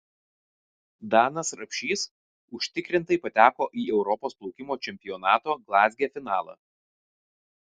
danas rapšys užtikrintai pateko į europos plaukimo čempionato glazge finalą